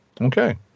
Okay